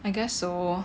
I guess so